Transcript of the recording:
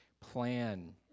plan